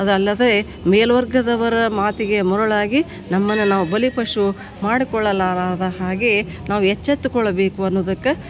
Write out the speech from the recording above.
ಅದಲ್ಲದೆ ಮೇಲುವರ್ಗದವರ ಮಾತಿಗೆ ಮರುಳಾಗಿ ನಮ್ಮನ್ನ ನಾವು ಬಲಿಪಶು ಮಾಡಿಕೊಳ್ಳಲಾರದ ಹಾಗೆ ನಾವು ಎಚ್ಚೆತ್ತುಕೊಳ್ಳಬೇಕು ಅನ್ನುದಕ್ಕೆ